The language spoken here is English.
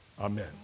Amen